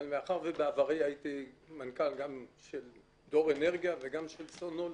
אבל מאחר שבעברי הייתי מנכ"ל גם של דור אנרגיה וגם של סונול,